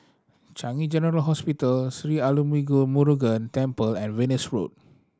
Changi General Hospital Sri Arulmigu Murugan Temple and Venus Road